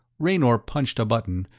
raynor punched a button,